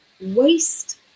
waste